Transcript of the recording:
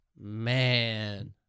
Man